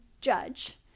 judge